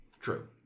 True